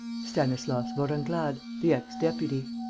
stanislas vorenglade, the ex-deputy.